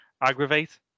aggravate